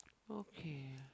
okay